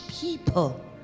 people